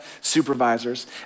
supervisors